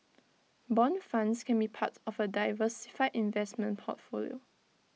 Bond funds can be part of A diversified investment portfolio